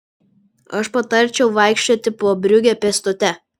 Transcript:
aš patarčiau vaikščioti po briugę pėstute